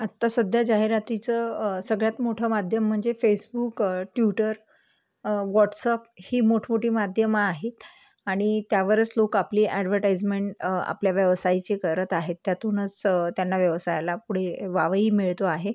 आता सध्या जाहिरातीचं सगळ्यात मोठं माध्यम म्हणजे फेसबुक ट्यूटर व्हाट्सअप ही मोठमोठी माध्यमं आहेत आणि त्यावरच लोकं आपली ॲडवरटाईजमेंट आपल्या व्यवसायाची करत आहे त्यातूनच त्यांना व्यवसायाला पुढे वावही मिळतो आहे